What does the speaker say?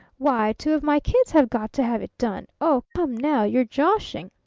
why, two of my kids have got to have it done! oh, come now you're joshing!